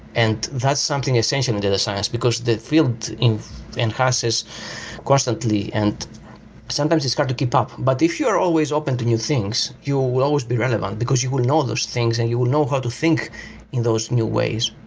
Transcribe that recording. and that's something essential in data science, because the field enhances constantly and sometimes it's hard to keep up. but if you're always open to new things, you will will always be relevant because you will know these things and you will know how to think in those new ways.